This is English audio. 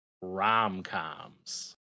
rom-coms